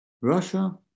Russia